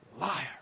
liar